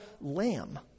lamb